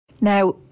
Now